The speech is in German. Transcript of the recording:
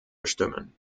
bestimmen